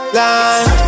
line